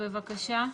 בבקשה.